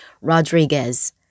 Rodriguez